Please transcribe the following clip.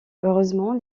heureusement